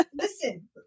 Listen